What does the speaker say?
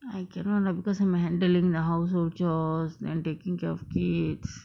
I cannot lah because I'm handling the household chores then taking care of kids